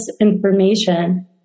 information